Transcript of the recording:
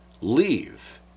leave